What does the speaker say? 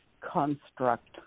construct